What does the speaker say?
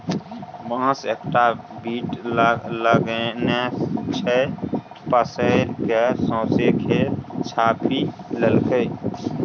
बांस एकटा बीट लगेने छै पसैर कए सौंसे खेत छापि लेलकै